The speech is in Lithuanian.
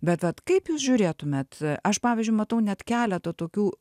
bet vat kaip jūs žiūrėtumėt aš pavyzdžiui matau net keleto tokių